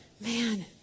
Man